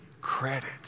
credit